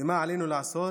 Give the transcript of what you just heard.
ומה עלינו לעשות